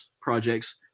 projects